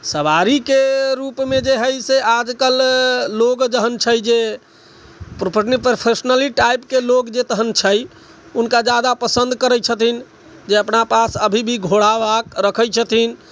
सवारी के रूप मे जे हय से आजकल लोग जहन छै जे प्रोफेशनली टाइप के लोग जे तहन छै उनका जादा पसंद करै छथिन जे अपना पास अभी भी घोड़ा वा रखै छथिन